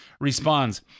responds